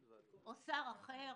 או שר אחר?